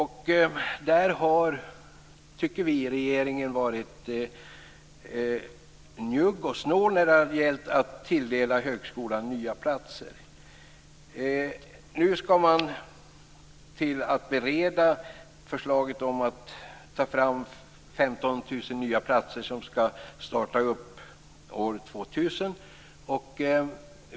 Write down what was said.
Regeringen har, tycker vi, varit njugg och snål när det har gällt att tilldela högskolan nya platser. Nu skall regeringen bereda förslaget om att ta fram 15 000 nya platser som skall tillsättas år 2000.